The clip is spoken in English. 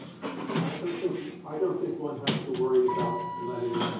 i don't think i don't think one has to worry about letting